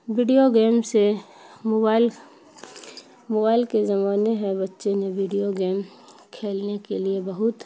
video game سے mobile mobile کے زمانے ہے بچے نے ویڈیو گیم کھیلنے کے لیے بہت